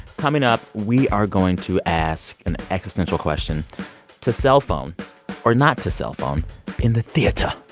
coming up, we are going to ask an existential question to cellphone or not to cellphone in the theater?